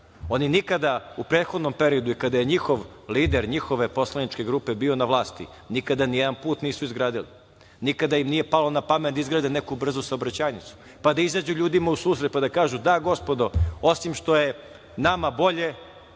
Oni nikada u prethodnom periodu kada je njihov lider njihove poslaničke grupe bio na vlasti, nikada nijedan put nisu izgradili. Nikada im nije palo na pamet da izgrade neku brzu saobraćajnicu, pa da izađu ljudima u susret i kažu – da gospodo, osim što je nama bolje